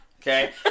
Okay